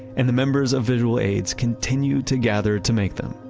and the members of visual aids continued to gather to make them.